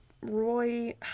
Roy